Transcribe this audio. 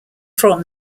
from